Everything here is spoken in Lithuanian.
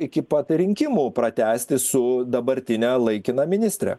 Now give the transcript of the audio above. iki pat rinkimų pratęsti su dabartine laikina ministre